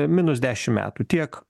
minus dešimt metų tiek